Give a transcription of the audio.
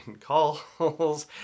calls